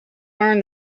learned